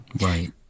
Right